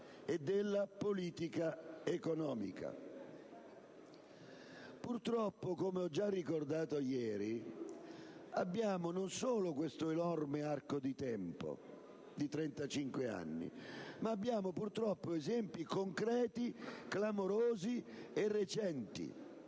e della politica economica. Purtroppo, come ho già ricordato ieri, abbiamo non solo questo enorme arco di tempo di 35 anni, ma anche esempi concreti clamorosi e recenti,